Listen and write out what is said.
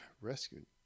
rescued